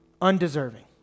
undeserving